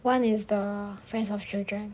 one is the friends of children